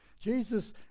Jesus